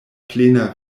plena